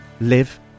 live